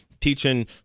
teaching